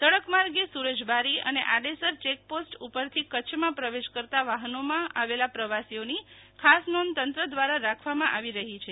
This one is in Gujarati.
સડક માર્ગે સુરજબારી અને આડેસર ચેક પોસ્ટ ઉપર થી કચ્છ માં પ્રવેશ કરતાં વાહનો માં આવેલા પ્રવાસીઓ ની ખાસ નોંધ તંત્ર દ્વારા રાખવા માં આવી રહી છે